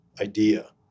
idea